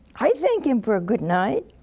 i thank him for a good night.